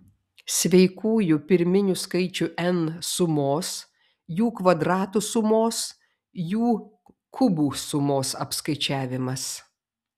sveikųjų pirminių skaičių n sumos jų kvadratų sumos jų kubų sumos apskaičiavimas